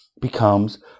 becomes